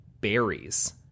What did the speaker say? berries